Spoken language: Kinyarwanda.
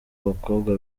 bakobwa